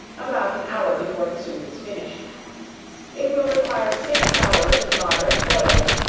about an hour before the soup is finished it will require six hours moderate boiling.